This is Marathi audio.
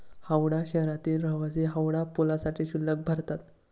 हावडा शहरातील रहिवासी हावडा पुलासाठी शुल्क भरतात